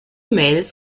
mails